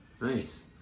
nice